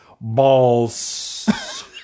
Balls